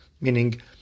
Meaning